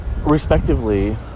respectively